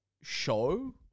show